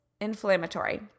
inflammatory